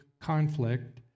conflict